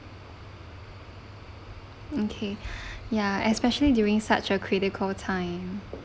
okay ya especially during such a critical time